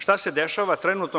Šta se dešava trenutno?